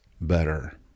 better